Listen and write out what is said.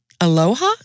aloha